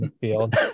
field